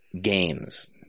games